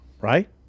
right